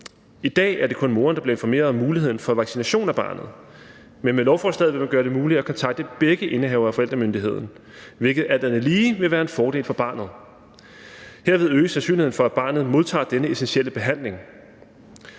I dag er det kun moren, der bliver informeret om muligheden for vaccination af barnet, men med lovforslaget vil man gøre det muligt at kontakte begge indehavere af forældremyndigheden, hvilket alt andet lige vil være en fordel for barnet. Herved øges sandsynligheden for, at barnet modtager denne essentielle behandling.